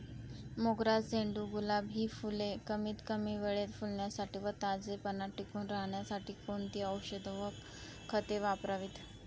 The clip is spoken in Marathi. मोगरा, झेंडू, गुलाब हि फूले कमीत कमी वेळेत फुलण्यासाठी व ताजेपणा टिकून राहण्यासाठी कोणती औषधे व खते वापरावीत?